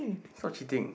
so cheating